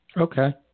okay